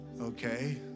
Okay